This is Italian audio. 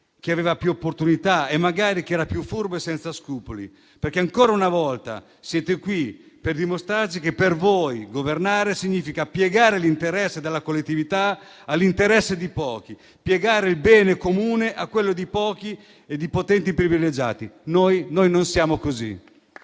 che avevano più opportunità e che magari erano più furbi e senza scrupoli. Onorevoli colleghi, ancora una volta siete qui per dimostrarci che per voi governare significa piegare l'interesse della collettività all'interesse di pochi, piegare il bene comune a quello di pochi e potenti privilegiati. Noi non siamo così.